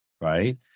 right